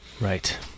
Right